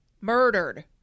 murdered